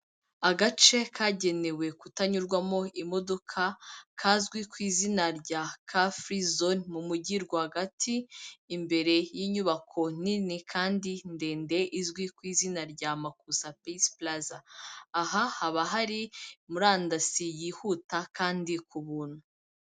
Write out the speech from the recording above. Agace kagenewe kutanyurwamo imodoka, kazwi ku izina rya kafuri zone mu mujyi rwagati, imbere y'inyubako nini kandi ndende izwi ku izina rya makuza pisi pulaza. Aha haba hari murandasi yihuta kandi ku buntu.